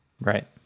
right